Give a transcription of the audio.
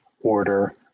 order